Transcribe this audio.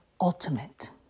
ultimate